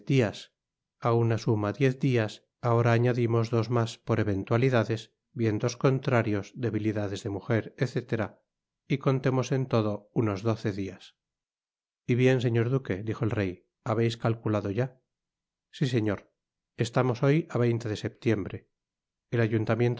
á una suma diez dias ahora añadimos dos mas por eventualidades vientos contrarios debilidades de mujer etc y contemos en todo unos doce dias y bien señor duque dijo el rey habeis calculado ya si señor estamos hoy á veinte de setiembre el ayuntamiento